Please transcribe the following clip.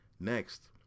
Next